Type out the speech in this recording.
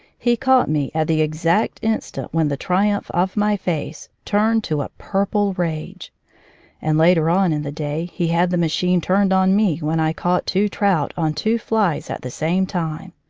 he caught me at the exact instant when the triumph of my face turned to a purple rage and later on in the day he had the machine turned on me when i caught two trout on two flies at the same time.